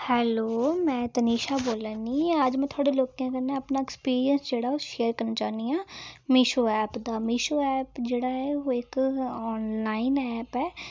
hello में तनीशा बोल्लै नि अज्ज में थोआड़े लोकें कन्नै अपना ऐक्सपीरियंस जेह्ड़ा ओह् शेयर करना चाह्नी आं मीशो ऐप दा मीशो ऐप जेह्ड़ा ऐ ओह् इक आनलाइन ऐप ऐ